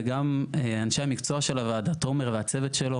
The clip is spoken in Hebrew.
וגם אנשי המקצוע של הוועדה תומר והצוות שלו